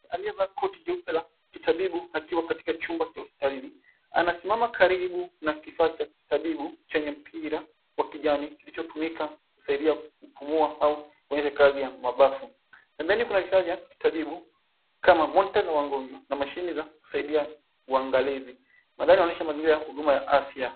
Aliyevaa koti jeupe la kitabibu akiwa katika chumba cha hospitalini, anasimama karibu na kifaa cha kitabibu chenye mpira wa kijani kilichotumika kusaidia kupumua au kuonyesha kazi ya mabafu. Pembeni kuna vifaa vya kitabibu kama monitor za wagonjwa na mashine za kusaidia uangalizi. Madhani inaonyesha mazingira ya huduma ya afya.